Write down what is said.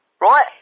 right